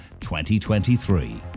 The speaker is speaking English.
2023